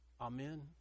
Amen